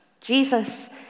Jesus